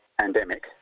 pandemic